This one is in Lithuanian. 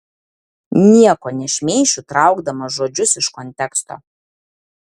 nieko nešmeišiu traukdamas žodžius iš konteksto